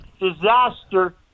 disaster